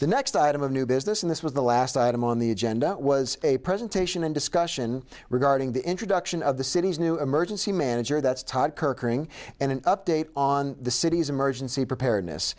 the next item of new business and this was the last item on the agenda was a presentation and discussion regarding the introduction of the city's new emergency manager that's todd currying and an update on the city's emergency preparedness